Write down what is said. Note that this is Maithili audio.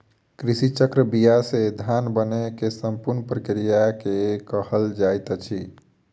कृषि चक्र बीया से धान बनै के संपूर्ण प्रक्रिया के कहल जाइत अछि